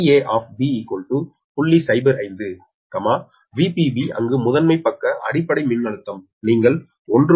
05 VpB அங்கு முதன்மை பக்க அடிப்படை மின்னழுத்தம் நீங்கள் 1